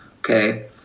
Okay